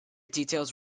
details